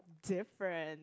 difference